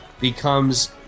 becomes